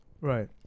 right